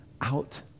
out